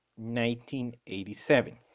1987